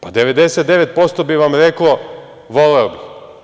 Pa, 99% bi vam reklo – voleo bih.